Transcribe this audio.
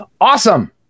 awesome